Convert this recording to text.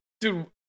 Dude